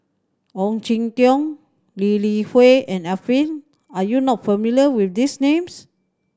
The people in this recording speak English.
Ong Jin Teong Lee Li Hui and Arifin are you not familiar with these names